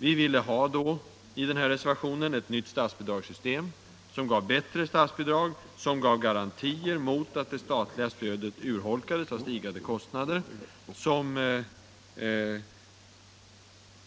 Vi ville i vår reservation ha ett nytt och bättre statsbidragssystem som gav garantier mot att det statliga stödet urholkades av stigande kostnader. Vi ville också